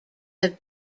have